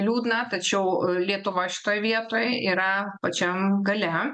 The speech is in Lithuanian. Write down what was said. liūdna tačiau lietuva šitoj vietoj yra pačiam gale